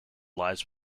lies